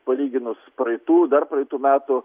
palyginus praeitų dar praeitų metų